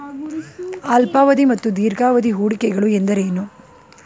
ಅಲ್ಪಾವಧಿ ಮತ್ತು ದೀರ್ಘಾವಧಿ ಹೂಡಿಕೆಗಳು ಎಂದರೇನು?